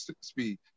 speed